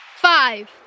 five